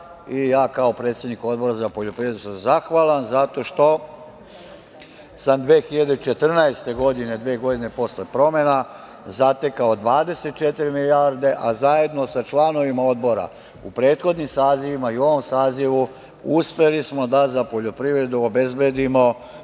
evra. kao predsednik Odbora za poljoprivredu sam zahvalim zato što sam 2014. godine, dve godine posle promena, zatekao 24 milijarde, a zajedno sa članovima Odbora u prethodnim sazivima i u ovom sazivu uspeli smo da za poljoprivredu obezbedimo